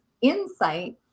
insight